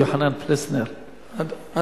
יוחנן פלסנר, אין משהו טוב?